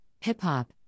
hip-hop